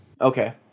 Okay